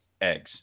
eggs